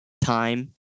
time